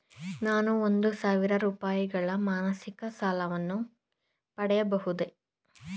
ನಾನು ಒಂದು ಸಾವಿರ ರೂಪಾಯಿಗಳ ಮಾಸಿಕ ಸಾಲವನ್ನು ಪಡೆಯಬಹುದೇ?